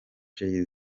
jay